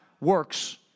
works